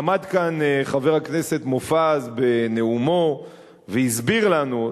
עמד כאן חבר הכנסת מופז והסביר לנו בנאומו,